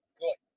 good